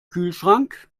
kühlschrank